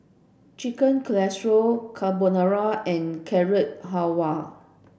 Chicken Casserole Carbonara and Carrot Halwa